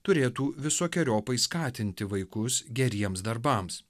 turėtų visokeriopai skatinti vaikus geriems darbams